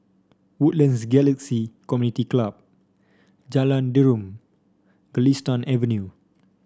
Woodlands Galaxy Community Club Jalan Derum Galistan Avenue